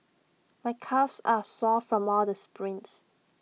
my calves are sore from all the sprints